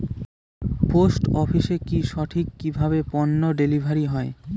Post অফিসে কি সঠিক কিভাবে পন্য ডেলিভারি হয়?